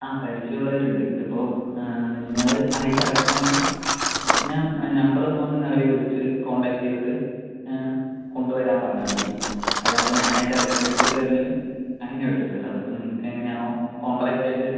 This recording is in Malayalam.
ആ പരിചയം ഉള്ളവര് ഉണ്ട് ഇത് ഇപ്പോൾ നിങ്ങള് ആയിട്ട് അയക്കുവാണെങ്കിൽ ഞാൻ നമ്പർ ഒന്ന് പറഞ്ഞ് നിങ്ങൾ അവരെ വിളിച്ച് കോൺടാക്ട് ചെയ്തിട്ട് കൊണ്ട് വരാൻ പറഞ്ഞാൽ മതി അല്ല അപ്പോൾ ഞാൻ ആയിട്ട് ഇറക്കി എടുത്തിട്ട് വരണെങ്കിൽ അങ്ങനെയും എടുത്തിട്ട് വരാം അത് ഇപ്പോൾ നിങ്ങൾക്ക് എങ്ങനെ ആണോ കോൺട്രാക്ട് ഇത്